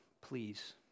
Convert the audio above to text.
please